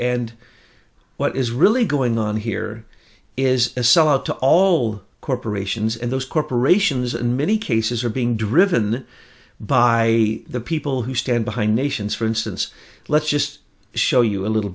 nd what is really going on here is a sell out to all corporations and those corporations in many cases are being driven by the people who stand behind nations for instance let's just show you a little